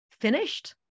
finished